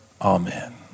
Amen